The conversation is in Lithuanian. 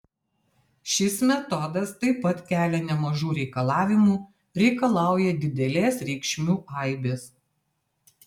šis metodas taip pat kelia nemažų reikalavimų reikalauja didelės reikšmių aibės